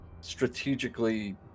strategically